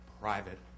private